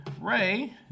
Ray